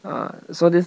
ah so this